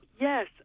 Yes